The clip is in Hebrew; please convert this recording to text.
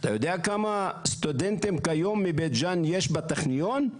אתה יודע כמה סטודנטים כיום מבית ג'אן יש בטכניון?